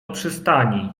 przystani